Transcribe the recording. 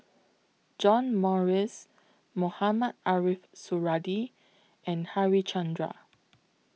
John Morrice Mohamed Ariff Suradi and Harichandra